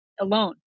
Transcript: alone